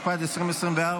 התשפ"ד 2024,